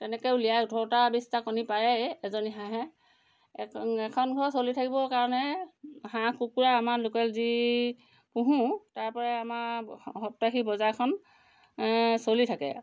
তেনেকৈ উলিয়াই উঠৰটা বিছটা কণী পাৰেই এজনী হাঁহে এখন ঘৰ চলি থাকিবৰ কাৰণে হাঁহ কুকুৰা আমাৰ লোকেল যি পোহোঁ তাৰপৰাই আমাৰ সপ্তাহী বজাৰখন চলি থাকে